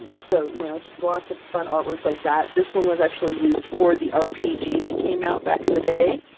so you know just lots of fun artwork, like that! this one was actually used for the rpg that came out back in the day.